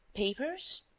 papers.